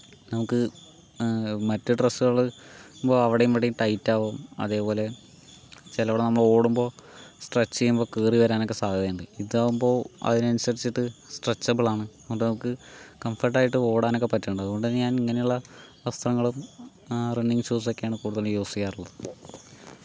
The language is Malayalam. നമുക്ക് മറ്റേ ഡ്രസ്സ്കള് വോ അവിടെയു ഇവിടെയും ടൈറ്റാകും അതേപോലെ ചിലത് നമ്മളോടുമ്പോൾ സ്ട്രെച്ച് ചെയ്യുമ്പോൾ കീറി വരാനൊക്കെ സാധ്യത ഉണ്ട് ഇതാകുമ്പോൾ അതിനനുസരിച്ചിട്ട് സ്ട്രെച്ചബിൾ ആണ് അപ്പോൾ നമുക്ക് കംഫോർട്ടായിട്ട് ഓടാനൊക്കെ പറ്റുന്നുണ്ട് അത് കൊണ്ട് തന്നെ ഞാൻ ഇങ്ങനെയുള്ള വസ്ത്രങ്ങളും റണ്ണിങ് ഷൂസൊക്കെയാണ് കൂടുതലും യൂസ് ചെയ്യാറുള്ളത്